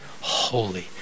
holy